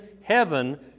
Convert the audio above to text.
heaven